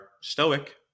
stoic